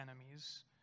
enemies